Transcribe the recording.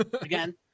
again